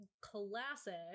classic